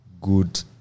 good